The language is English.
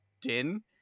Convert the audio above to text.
din